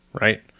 right